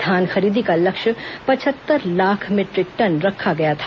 धान खरीदी का लक्ष्य पचहत्तर लाख मीटरिक टन रखा गया था